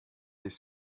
des